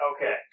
Okay